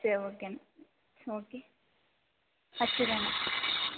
சரி ஓகேண்ணா சேரி ஓகே வச்சிட்றேண்ணா